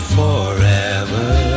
forever